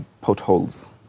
potholes